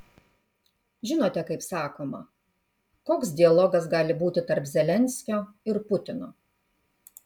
žinote kaip sakoma koks dialogas gali būti tarp zelenskio ir putino